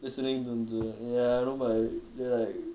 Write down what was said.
listening to you know my right